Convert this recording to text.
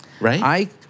right